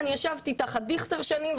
ישבתי תחת דיכטר במשך שנים,